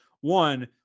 one